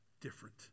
different